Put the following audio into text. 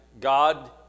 God